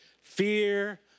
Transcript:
fear